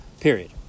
period